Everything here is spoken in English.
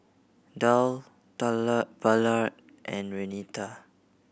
Tal Ballard and Renita